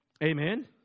Amen